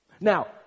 Now